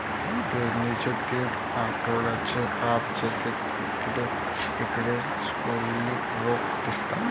पेरणीच्या तीन आठवड्यांच्या आत, शेतात इकडे तिकडे सुकलेली रोपे दिसतात